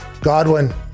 Godwin